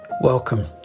Welcome